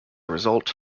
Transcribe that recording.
result